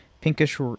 pinkish